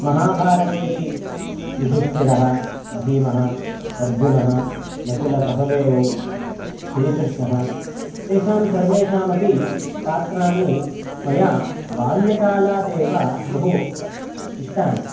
महाभारतेपि युधिष्ठिरः भीमः अर्जुनः नकुलसहदेवौ श्रीकृष्णः तेषां सर्वेषामपि पात्राणि मया बाल्यकालादेव बहु इष्टानि